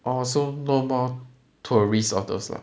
also no more tourists all those lah